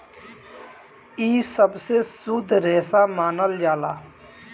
इ सबसे शुद्ध रेसा मानल जाला